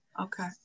Okay